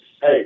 hey